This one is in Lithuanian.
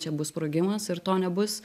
čia bus sprogimas ir to nebus